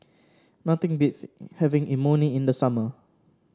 nothing beats having Imoni in the summer